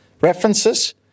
references